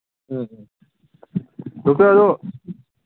ꯎꯝ doctor ꯑꯗꯨ